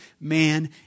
man